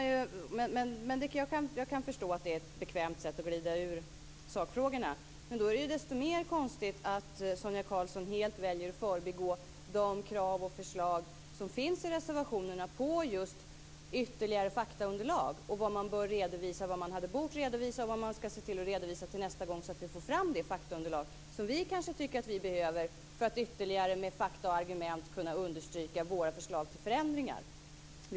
Jag kan förstå att det är ett bekvämt sätt att glida undan sakfrågorna, men då är det desto mer konstigt att Sonia Karlsson väljer att helt förbigå de krav och förslag som finns i reservationerna på just ytterligare faktaunderlag och vad man bör redovisa, vad man hade bort redovisa och vad man ska se till att redovisa till nästa gång, så att vi får fram det faktaunderlag som vi kanske tycker att vi behöver för att ytterligare med fakta och argument kunna understryka våra förslag till förändringar.